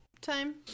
time